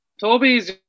Toby's